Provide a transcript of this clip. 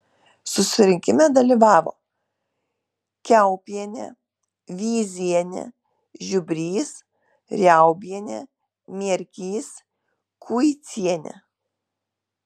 susirinkime dalyvavo kiaupienė vyzienė žiubrys riaubienė mierkys kuicienė